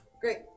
Great